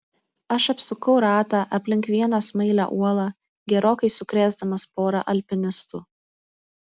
aš apsukau ratą aplink vieną smailią uolą gerokai sukrėsdamas porą alpinistų